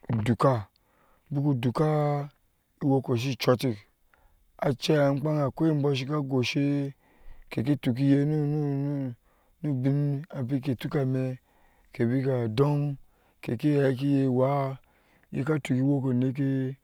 ku duka ni yɔɔko buku duka e yɔɔko shi chutik achau akpan ka goshi keke tukuye nobi ke bika doŋ keke hɛkeye wa yeka tuk eyɔɔko nike.